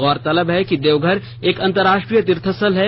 गौरतलब है कि देवघर एक अन्तरराष्ट्रीय तीर्थस्थल है